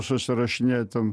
susirašinėt ten